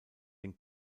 den